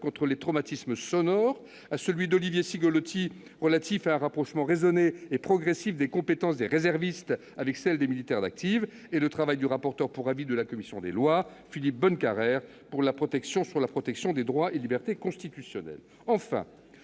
contre les traumatismes sonores, à l'amendement d'Olivier Cigolotti relatif à un rapprochement raisonné et progressif des compétences des réservistes avec les compétences des militaires d'active et au travail du rapporteur pour avis de la commission des lois, Philippe Bonnecarrère, sur la protection des droits et libertés constitutionnels.